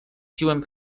piłem